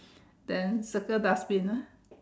then circle dustbin ah